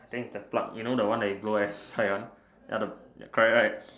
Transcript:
I think it's the plug you know the one where you blow air inside one correct right